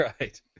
right